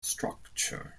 structure